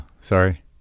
sorry